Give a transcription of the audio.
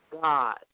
God